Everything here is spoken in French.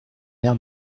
air